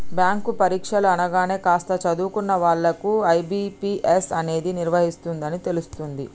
bank పరీక్షలు అనగానే కాస్త చదువుకున్న వాళ్ళకు ఐ.బీ.పీ.ఎస్ అనేది నిర్వహిస్తుందని తెలుస్తుంది